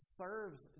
serves